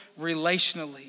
relationally